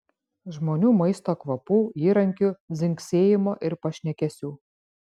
žmonių maisto kvapų įrankių dzingsėjimo ir pašnekesių